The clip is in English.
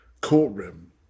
courtroom